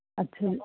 ਅੱਛਾ ਜੀ